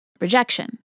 rejection